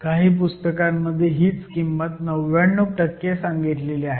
काही पुस्तकांमध्ये हीच किंमत 99 सांगितलेली आहे